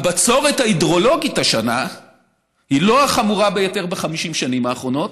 הבצורת ההידרולוגית השנה היא לא החמורה ביותר ב-50 שנים האחרונות,